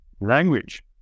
language